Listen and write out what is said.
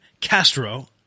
Castro